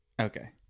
Okay